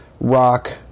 rock